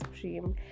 cream